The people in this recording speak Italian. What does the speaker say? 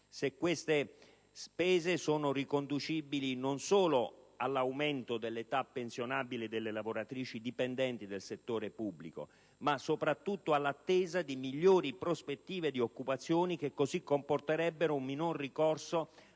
se queste spese sono riconducibili non solo all'aumento dell'età pensionabile delle lavoratrici dipendenti del settore pubblico, ma soprattutto all'attesa di migliori prospettive di occupazione che così comporterebbero un minore ricorso